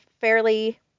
fairly